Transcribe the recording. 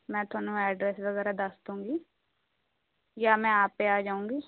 ਮੈਂ ਤੁਹਾਨੂੰ ਐਡਰੈਸ ਵਗੈਰਾ ਦੱਸ ਦਵਾਂਗੀ ਜਾਂ ਮੈਂ ਆਪੇ ਆ ਜਾਵਾਂਗੀ